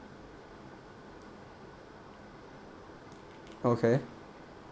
okay